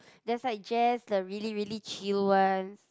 there's like Jazz the really really chill ones